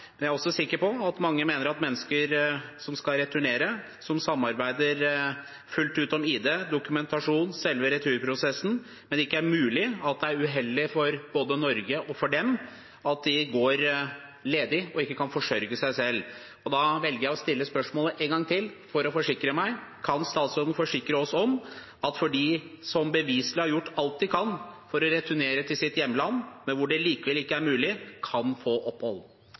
jeg er også sikker på at mange mener at når det gjelder mennesker som skal returnere og samarbeider fullt ut om ID, dokumentasjon og selve returprosessen, men der det ikke er mulig å returnere, er det uheldig både for Norge og for dem at de går ledige og ikke kan forsørge seg selv. Da velger jeg å stille spørsmålet en gang til for å forsikre meg: Kan statsråden forsikre oss om at de som bevislig har gjort alt de kan for å returnere til sitt hjemland, men hvor det likevel ikke er mulig, kan få opphold?